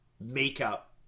makeup